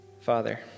Father